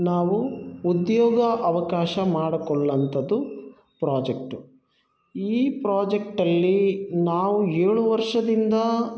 ನಾವು ಉದ್ಯೋಗ ಅವಕಾಶ ಮಾಡ್ಕೊಳ್ಳೋಂಥದ್ದು ಪ್ರಾಜೆಕ್ಟು ಈ ಪ್ರಾಜೆಕ್ಟಲ್ಲಿ ನಾವು ಏಳು ವರ್ಷದಿಂದ